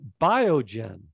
Biogen